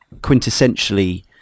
quintessentially